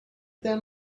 then